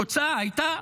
התוצאה הייתה